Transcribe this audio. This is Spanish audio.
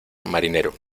marinero